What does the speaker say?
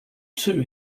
two